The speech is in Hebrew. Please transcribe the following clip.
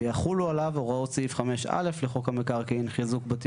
ויחולו עליו הוראות סעיף 5א לחוק המקרקעין (חיזוק בתים